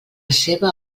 seva